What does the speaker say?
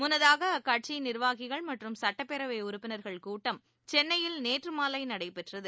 முன்னதாகஅக்கட்சியின் நிர்வாகிகள் மற்றும் சுட்டப்பேரவைஉறுப்பினர்கள் கூட்டம் சென்னையில் நேற்றுமாலைநடைபெற்றது